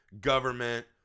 government